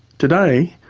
today,